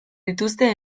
dituzte